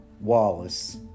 Wallace